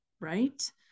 right